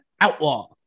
outlaw